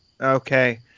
okay